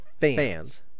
fans